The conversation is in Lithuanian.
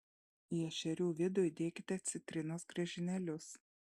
į ešerių vidų įdėkite citrinos griežinėlius